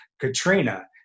Katrina